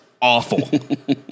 awful